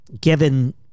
given